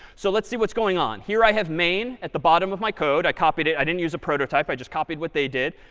so let's see what's going on. here i have main, at the bottom of my code. i copied it. i didn't use a prototype. i just copied what they did.